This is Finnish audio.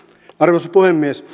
arvoisa puhemies